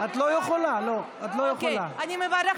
אתם רוצים